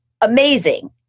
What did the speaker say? amazing